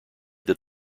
that